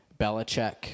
Belichick